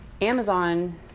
Amazon